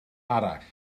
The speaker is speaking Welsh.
arall